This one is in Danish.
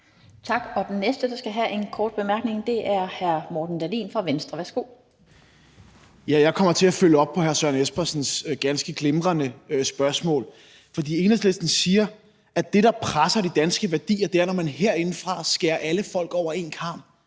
Tak. Og den næste, der har en kort bemærkning, er hr. Morten Dahlin fra Venstre. Kl. 13:11 Morten Dahlin (V): Jeg kommer til at følge op på hr. Søren Espersens ganske glimrende spørgsmål. For Enhedslisten siger, at det, der presser de danske værdier, er, når man herindefra skærer alle over én kam.